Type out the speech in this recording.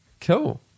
Cool